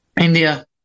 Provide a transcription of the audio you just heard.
India